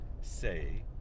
say